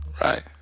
Right